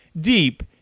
deep